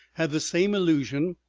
had the same illusion,